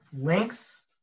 links